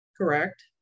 Correct